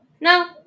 No